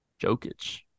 Jokic